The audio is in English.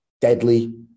deadly